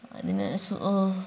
അതിന്